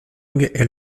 est